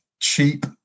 cheap